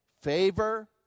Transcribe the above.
favor